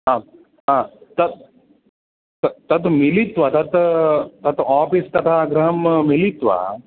आम् आ तत् तत् तत् मिलित्वा तत् तत् आफीस् तथा गृहं मिलित्वा